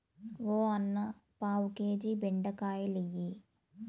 ఓ అన్నా, పావు కేజీ బెండకాయలియ్యి